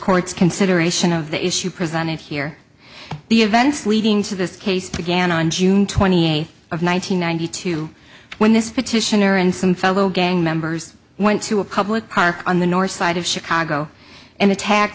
court's consideration of the issue presented here the events leading to this case began on june twenty eighth of one nine hundred ninety two when this petitioner and some fellow gang members went to a public park on the north side of chicago and attack